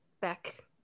back